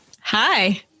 Hi